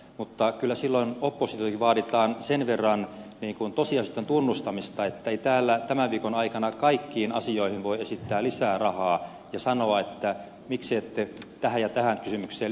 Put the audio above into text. mutta kyllä silloin oppositioltakin vaaditaan sen verran tosiasioitten tunnustamista ettei täällä tämän viikon aikana kaikkiin asioihin voi esittää lisää rahaa ja sanoa että miksi ette tähän ja tähän kysymykseen lisää rahaa esitä